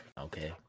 okay